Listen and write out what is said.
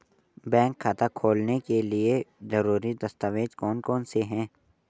Bank खाता खोलने के लिए ज़रूरी दस्तावेज़ कौन कौनसे हैं?